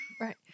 Right